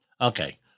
Okay